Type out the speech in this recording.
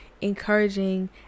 encouraging